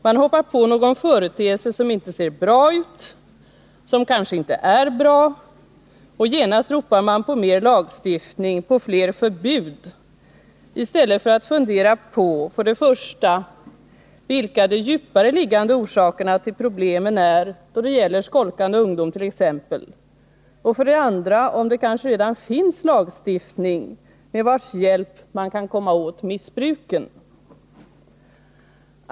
Man hoppar på någon företeelse som inte ser bra ut, som kanske inte är bra, och genast ropar man på mer lagstiftning, på fler förbud, i stället för att fundera på för det första vilka de djupare liggande orsakerna till problemen är då det gäller skolkande ungdom t.ex. och för det andra om det kanske redan finns lagstiftning med vars hjälp man kan komma åt missbruken.